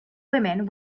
women